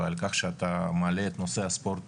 ועל כך שאתה מעלה את נושא הספורט